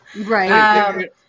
right